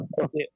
okay